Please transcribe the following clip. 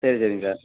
சரி சரிங்க சார்